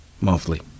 monthly